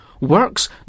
Works